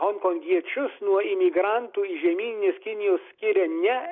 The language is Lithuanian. honkongiečius nuo imigrantų iš žemyninės kinijos skiria ne